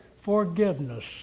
forgiveness